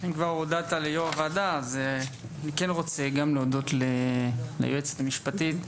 אם כבר הודית ליו"ר הוועדה אני רוצה גם להודות ליועצת המשפטית.